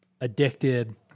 addicted